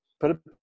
Put